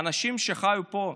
האנשים שחיו פה,